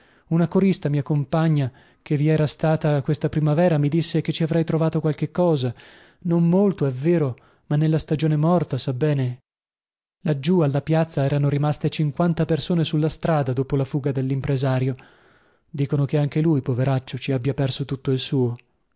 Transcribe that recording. una mia compagna che vi era stata questa primavera mi disse che ci avrei trovato qualche cosa non molto è vero ma nella stagione morta sa bene ad alessandria erano rimaste cinquanta persone sulla strada dopo la fuga dellimpresario dicono che anche lui poveraccio ci abbia perso tutto il suo